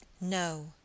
No